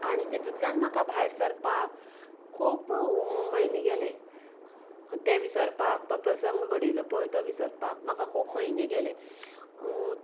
आनी तितूंतल्यान म्हाका भायर सरपाक खूब म्हयने गेले तें विसरपाक तो प्रसंग घडिल्लो पळय तो विसरपाक म्हाका खूब म्हयने गेले